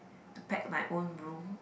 to pack my own room